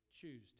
choose